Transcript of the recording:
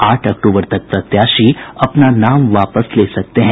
आठ अक्टूबर तक प्रत्याशी अपना नाम वापस ले सकते हैं